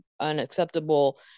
unacceptable